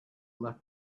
left